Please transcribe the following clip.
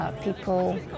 people